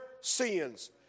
sins